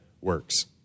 works